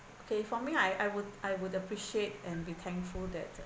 okay for me I I would I would appreciate and be thankful that